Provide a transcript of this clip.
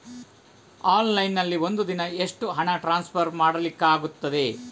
Online ನಲ್ಲಿ ಒಂದು ದಿನ ಎಷ್ಟು ಹಣ ಟ್ರಾನ್ಸ್ಫರ್ ಮಾಡ್ಲಿಕ್ಕಾಗ್ತದೆ?